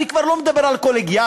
אני כבר לא מדבר על קולגיאליות,